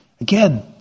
Again